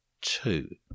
two